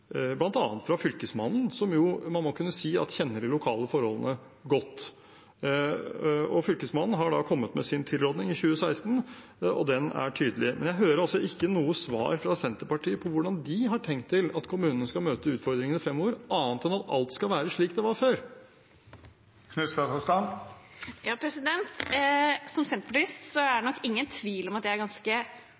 fra Fylkesmannen, som man jo må kunne si kjenner de lokale forholdene godt. Fylkesmannen kom med sin tilråding i 2016, og den er tydelig. Men jeg hører ikke noe svar fra Senterpartiet på hvordan de har tenkt at kommunene skal møte utfordringer fremover, annet enn at alt skal være slik det var før. Det er ingen tvil om at jeg som senterpartist er ganske opptatt av å sette kommunene i stand til å gi innbyggerne gode tjenester, men i motsetning til statsråden er